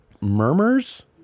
murmurs